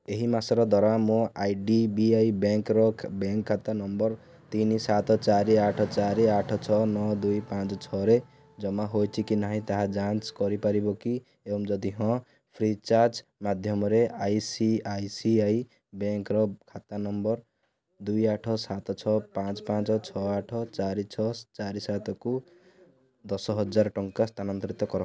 ଏହି ମାସର ଦରମା ମୋ ଆଇ ଡ଼ି ବି ଆଇ ବ୍ୟାଙ୍କର ବ୍ୟାଙ୍କ ଖାତା ନମ୍ବର ତିନି ସାତ ଚାରି ଆଠ ଚାରି ଆଠ ଛଅ ନଅ ଦୁଇ ପାଞ୍ଚ ଛଅରେ ଜମା ହୋଇଛି କି ନାହିଁ ତାହା ଯାଞ୍ଚ କରିପାରିବ କି ଏବଂ ଯଦି ହଁ ଫ୍ରି ଚାର୍ଜ ମାଧ୍ୟମରେ I C I C I ବ୍ୟାଙ୍କର ଖାତା ନମ୍ବର ଦୁଇ ଆଠ ସାତ ଛଅ ପାଞ୍ଚ ପାଞ୍ଚ ଛଅ ଆଠ ଚାରି ଛଅ ଚାରି ସାତକୁ ଦଶ ହଜାର ଟଙ୍କା ସ୍ଥାନାନ୍ତରିତ କର